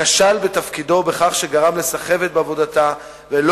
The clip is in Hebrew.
כשל בתפקידו בכך שגרם לסחבת בעבודתה ולא